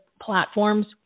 platforms